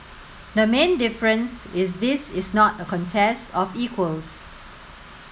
the main difference is this is not a contest of equals